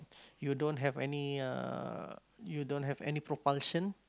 you don't have any uh you don't have propulsion